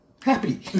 Happy